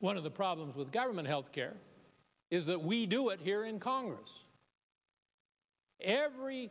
one of the problems with government health care is that we do it here in congress every